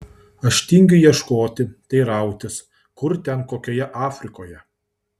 aš tingiu ieškoti teirautis kur ten kokioje afrikoje